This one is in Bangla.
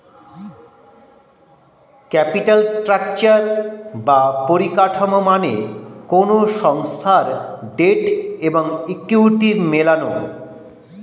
ক্যাপিটাল স্ট্রাকচার বা পরিকাঠামো মানে কোনো সংস্থার ডেট এবং ইকুইটি মেলানো